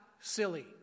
silly